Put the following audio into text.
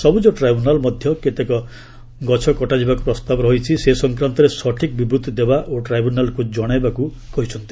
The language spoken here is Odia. ସବୁଜ ଟ୍ରିବ୍ୟୁନାଲ୍ ମଧ୍ୟ କେତେ ସଂଖ୍ୟକ ଗଛ କଟାଯିବକୁ ପ୍ରସ୍ତାବ ରହିଛି ସେ ସଂକ୍ରାନ୍ତରେ ସଠିକ୍ ବିବୃତ୍ତି ଦେବା ଓ ଟ୍ରିବ୍ୟୁନାଲ୍କୁ ଜଣାଇବାକୁ କହିଛନ୍ତି